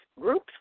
groups